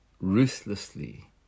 ruthlessly